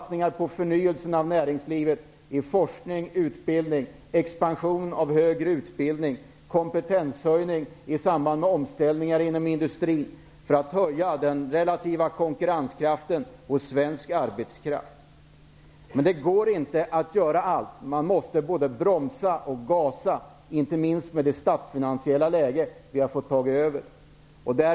Vi satsar på förnyelse av näringslivet, forskning, utbildning, expansion av högre utbildning, kompetenshöjning i samband med omställningar inom industrin och på att höja den relativa konkurrenskraften hos svensk arbetskraft. Men det går inte att göra allt, man måste både gasa och bromsa, inte minst med det statsfinansiella läge som vi har fått ta över.